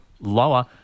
lower